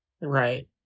right